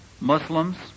Muslims